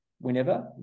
whenever